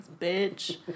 bitch